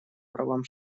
правам